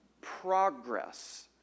progress